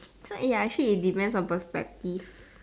so ya it actually depends on perspective